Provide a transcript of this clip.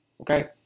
Okay